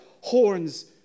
horns